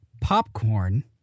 popcorn